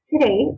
today